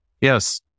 Yes